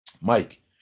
Mike